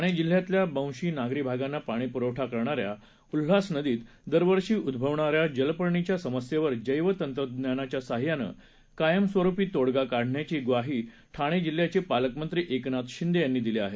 ठाणे जिल्ह्यातल्या बव्हंशी नागरी भागांना पाणीपुरवठा करणाऱ्या उल्हास नदीत दरवर्षी उद्रवणाऱ्या जलपर्णीच्या समस्येवर जैव तंत्रज्ञानाच्या साह्यानं कायमस्वरुपी तोडगा काढण्याची ग्वाही ठाणे जिल्ह्याचे पालकमंत्री एकनाथ शिंदे यांनी दिली आहे